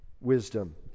wisdom